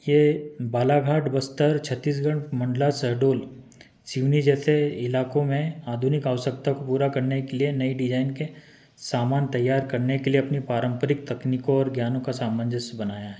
ये बालाघाट बस्तर छत्तीसगढ़ मंडला शहडोल सिवनी जैसे इलाकों में आधुनिक आवश्यकता को पूरा करने के लिए नई डिजाईन के सामान तैयार करने के लिए अपनी पारंपरिक तकनीकों और ज्ञानों का सामंजस्य बनाया है